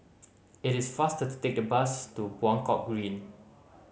it is faster to take the bus to Buangkok Green